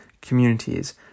communities